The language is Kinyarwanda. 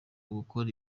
gukora